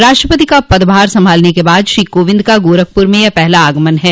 राष्ट्रपति का पदभार संभालने के बाद श्री कोविंद का गोरखपुर में यह पहला आगमन है